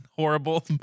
Horrible